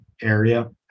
area